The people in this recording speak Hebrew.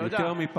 לא נכון,